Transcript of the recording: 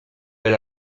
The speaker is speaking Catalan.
per